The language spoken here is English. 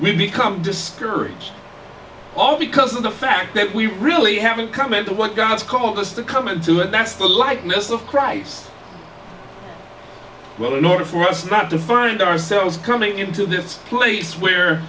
we become discouraged all because of the fact that we really haven't come into what god has called us to come into it that's the likeness of christ well in order for us not to find ourselves coming into this place where